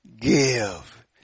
Give